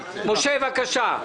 משה, בבקשה.